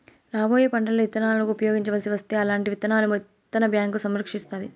రాబోయే పంటలలో ఇత్తనాలను ఉపయోగించవలసి వస్తే అల్లాంటి విత్తనాలను విత్తన బ్యాంకు సంరక్షిస్తాది